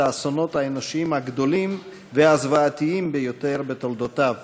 האסונות האנושיים הגדולים והזוועתיים ביותר בתולדותיו,